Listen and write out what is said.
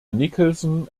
nicholson